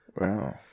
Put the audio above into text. Wow